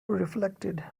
reflected